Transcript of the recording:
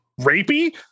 rapey